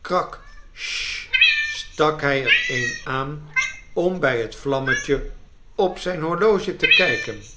krak sssl stak hij er een aan om bij het vlammetje op zijn horloge te kijken